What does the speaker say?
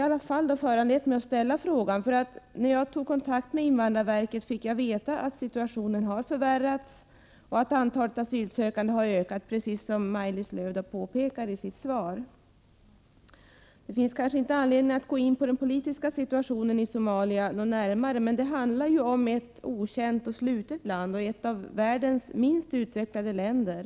Vid kontakt med invandrarverket har jag fått veta att situationen i Somalia har förvärrats och att antalet asylsökande ökar, precis som Maj-Lis Lööw påpekar i sitt svar. Det finns kanske inte anledning att gå närmare in på den politiska situationen i Somalia, men det är ett okänt och slutet land, ett av världens minst utvecklade länder.